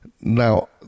now